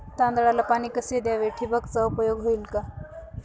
तांदळाला पाणी कसे द्यावे? ठिबकचा उपयोग होईल का?